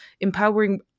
empowering